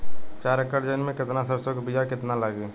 चार एकड़ जमीन में सरसों के बीया कितना लागी?